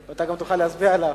אתה גם תוכל להצביע עליו.